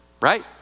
right